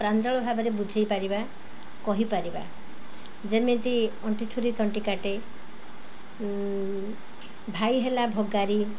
ପ୍ରାଞ୍ଜଳ ଭାବରେ ବୁଝେଇ ପାରିବା କହିପାରିବା ଯେମିତି ଅଣ୍ଟିଛୁରୀ ତଣ୍ଟି କାଟେ ଭାଇ ହେଲା ଭଗାରୀ